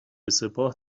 سپاه